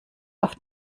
auf